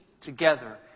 together